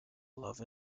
love